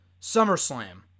SummerSlam